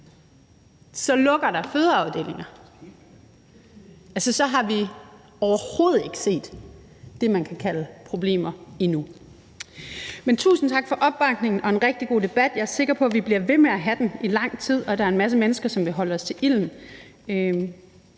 Så lukker der fødeafdelinger, og så har vi overhovedet ikke set det, som man kan kalde problemer, endnu. Men tusind tak for opbakningen og en rigtig god debat. Jeg er sikker på, at vi bliver ved med at have den i lang tid, og at der er en masse mennesker, som vil holde os til ilden.